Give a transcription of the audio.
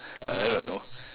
I don't know